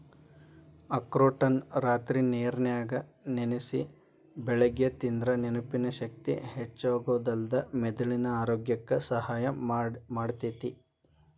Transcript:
ಅಖ್ರೋಟನ್ನ ರಾತ್ರಿ ನೇರನ್ಯಾಗ ನೆನಸಿ ಬೆಳಿಗ್ಗೆ ತಿಂದ್ರ ನೆನಪಿನ ಶಕ್ತಿ ಹೆಚ್ಚಾಗೋದಲ್ದ ಮೆದುಳಿನ ಆರೋಗ್ಯಕ್ಕ ಸಹಾಯ ಮಾಡ್ತೇತಿ